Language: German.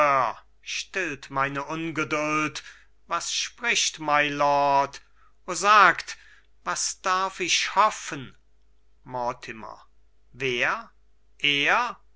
stillt meine ungeduld was spricht mylord o sagt was darf ich hoffen mortimer wer er